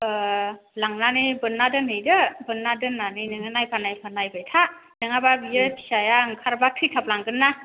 ओह लांनानै बोनना दोनहैदो बोन्ना दोननानै नोङो नायफा नायफा नायबाय था नङाबा बियो फिसाया ओंखारबा थैथाबलांगोन ना